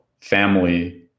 family